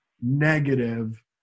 negative